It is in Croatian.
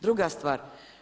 Druga stvar.